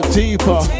deeper